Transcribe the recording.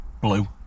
blue